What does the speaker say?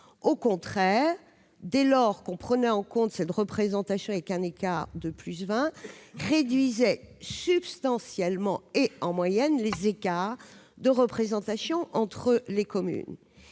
locaux -, dès lors que l'on prenait en compte cette représentation avec un écart de plus de 20 %, réduisait, au contraire, substantiellement et en moyenne, les écarts de représentation entre les communes.